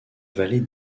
vallée